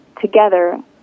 together